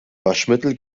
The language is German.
waschmittel